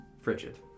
frigid